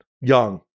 Young